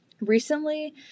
recently